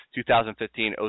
2015